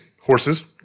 Horses